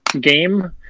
game